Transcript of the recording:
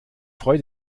freut